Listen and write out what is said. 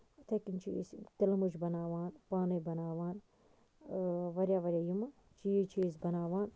یِتھٕے کَنۍ چھِ أسۍ تِلہٕ مٕج بَناوان پانَے بناوان واریاہ واریاہ یِمہٕ چیٖز چھِ أسۍ بَناوان